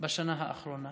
בשנה האחרונה.